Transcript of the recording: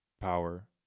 Power